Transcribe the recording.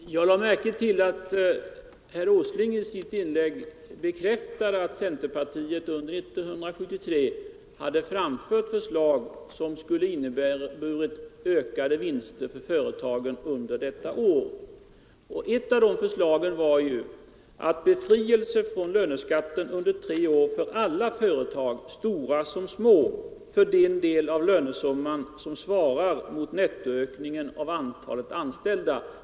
Herr talman! Jag lade märke till att herr Åsling i sitt inlägg bekräftade att centerpartiet under 1973 hade framfört förslag som skulle ha inneburit ökade vinster för företagen under detta år. Ett av de förslagen var befrielse från löneskatt under tre år för alla företag, stora som små, för den del av lönesumman som svarade mot nettoökningen av antalet anställda.